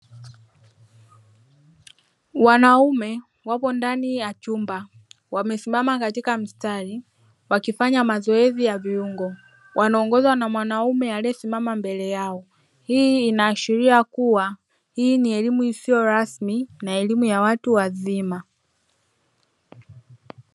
Wananaume wako ndani ya chumba. Wamesimama katika mstari, wakifanya mazoezi ya viungo. Wanaongozwa na mwanaume aliyesimama mbele yao. Hii inaashiria kuwa hii ni elimu isiyo rasmi na elimu ya watu wazima.